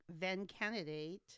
then-candidate